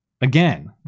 again